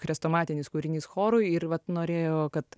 chrestomatinis kūrinys chorui ir vat norėjo kad